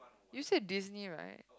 you said Disney right